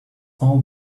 all